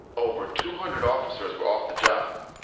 over two hundred officers were off the job.